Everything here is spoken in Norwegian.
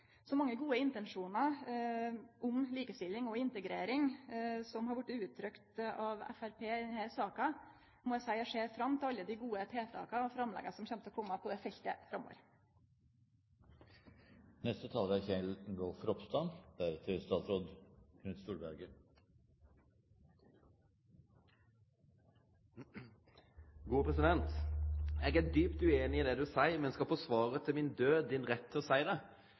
så mange gode intensjonar om likestilling og integrering som har vorte uttrykt av Framstegspartiets representantar i denne saka, må eg seie at eg ser fram til alle dei gode tiltaka og framlegga som kjem til å komme på dette feltet framover. «Jeg er dypt uenig i det du sier, men skal forsvare til min død din rett til å si det.»